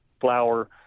flour